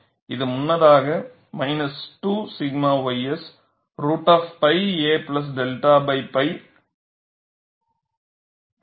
இது முன்னதாக minus 2 𝛔 ys root of pi a 𝛅 pi